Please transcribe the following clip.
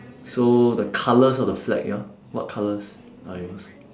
so the colours of the flag ya what colours are yours